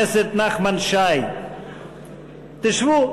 נחמן שי, תשבו.